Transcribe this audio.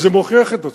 וזה ממש מוכיח את עצמו,